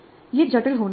यह जटिल होना चाहिए